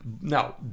Now